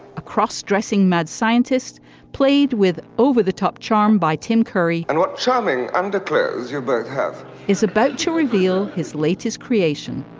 a cross-dressing mad scientist played with over the top charmed by tim curry and what charming underclothes zuckerberg have is about to reveal his latest creation.